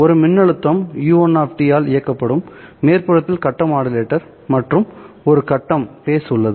ஒரு மின்னழுத்த u1 ஆல் இயக்கப்படும் மேற்புறத்தில் கட்ட மாடுலேட்டர் மற்றும் ஒரு கட்டம் உள்ளது